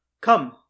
Come